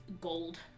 gold